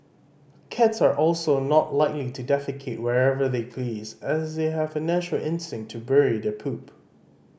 cats are also not likely to defecate wherever they please as they have a natural instinct to bury their poop